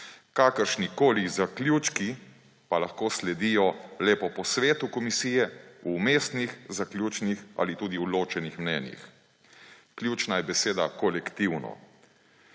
Kakršnikoli zaključki pa lahko sledijo le po posvetu komisije v vmesnih, zaključnih ali tudi v ločenih mnenjih. Ključna je beseda kolektivno,